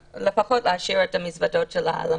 לפחות להשאיר את המזוודות שלה על המיטה.